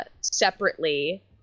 separately